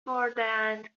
بردهاند